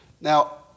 Now